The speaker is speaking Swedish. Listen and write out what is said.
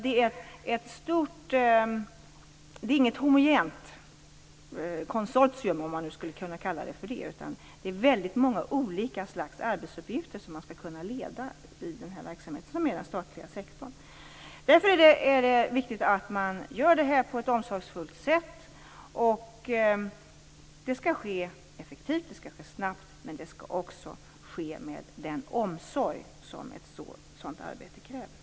Det är inget homogent konsortium, om man nu skulle kunna kalla det så. Det är väldigt många olika slags arbetsuppgifter som man skall kunna leda i den här verksamheten inom den statliga sektorn. Därför är det viktigt att man gör detta på ett omsorgsfullt sätt. Det skall ske effektivt och snabbt, men det skall också ske med den omsorg som ett sådant arbete kräver.